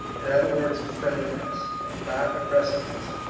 in other words, friendliness, and not aggressiveness,